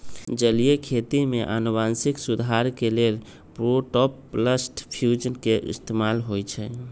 जलीय खेती में अनुवांशिक सुधार के लेल प्रोटॉपलस्ट फ्यूजन के इस्तेमाल होई छई